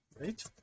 right